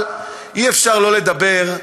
אבל אי-אפשר שלא לדבר,